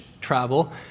travel